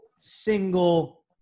single